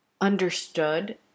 understood